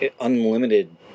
unlimited